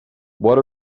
what